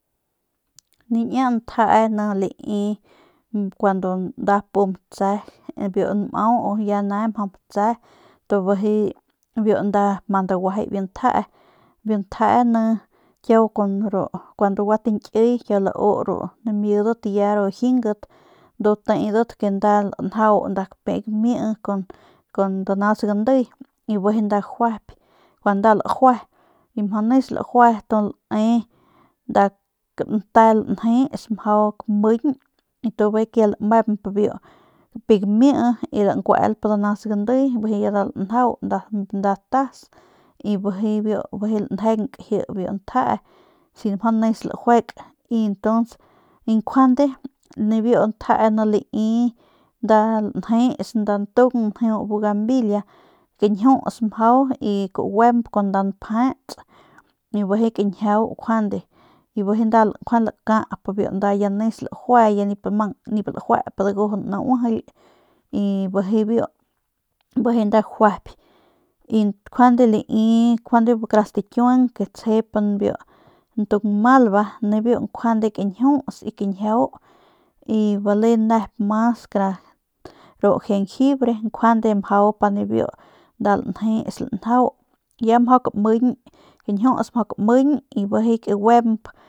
Niña ntjee ni lai kuandu nda pu matse biu nmau ya ne biu matse tu bijiy biu nda mandaguajay biu njee biu njee ni kun ru kuandu kiau gua tañkiy lau ya namidat ya ru jingat ndu teedat ke nda langau nda kaoiey gami kun danas gandiy y bijiy nda gajuayp kuandu nda lajue y mjau nis nda lajue nda kante lanjeuts mjau lamiñ y bijiy ke ya nda lamemp kapiey gami lankuelp danas gandiy y bijiy que ya nda lanjau y bijiy biu ji lanjenk biu njee si mjau nis lajuek y ntuns y njuande nibiu njee ni lai lanjets nda ntung njeu bugambilia kañjiuts mjau y kaguemp kun nda npjets y bijiy kañjiau njuande y bijiy nda lakap biu nda nis lajue y nip lajuep nauijily y bijiy biu nda gajuyp y njuande lai njuande kara stakiuang ke tsjep biu ntung malva nibiu njuande kañjiuts y kañjiau y bale nep mas ru jenjibre njuande mjau pa nibiu nda lanjeuts lanjau ya mjau kamiñ kañjiuts ya mjau kamiñ y bijiy kaguemp.